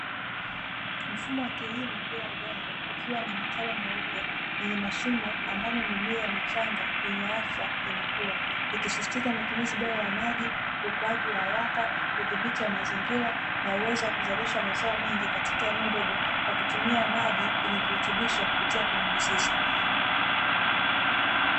Mfumo wa kilimo bila udongo, ukiwa na mitaro meupe yenye mashimo ambamo mimea michanga yenye afya inakua, ikisisitiza matumizi bora ya maji, ukuaji wa haraka, udhibiti wa mazingira na uwezo wa kuzalisha mazao mengi katika eneo dogo kwa kutumia maji yenye virutubisho kupitia kwenye mizizi.